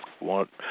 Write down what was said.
want